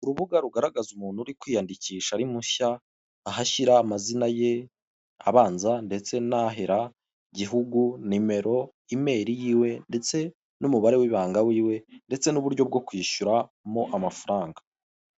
Urubuga rugaragaza umuntu uri kwiyandikisha ari mushya ahashyira amazina ye abanza ndetse n'ahera, igihugu, nimero, imeri yiwe ndetse n'umubare w'ibanga wiwe ndetse n'uburyo bwo kwishyuramo amafaranga.